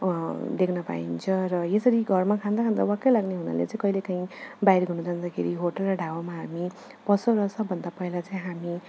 देख्न पाइन्छ र यसरी घरमा खाँदा खाँदा वाक्क लाग्ने हुनाले चाहिँ कहिले काहीँ बाहिर घुम्न जाँदाखेरि होटेल वा ढाबामा हामी पस्छौँ र सबभन्दा पहिला चाहिँ हामी